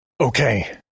Okay